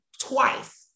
twice